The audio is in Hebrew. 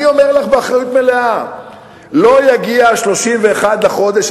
אני אומר לך באחריות מלאה: לא יגיע 31 בחודש,